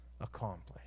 accomplished